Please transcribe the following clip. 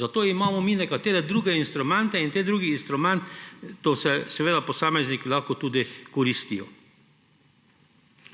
Za to imamo mi nekatere druge instrumente in te druge instrumente posamezniki lahko tudi koristijo.